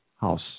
house